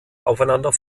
aufeinander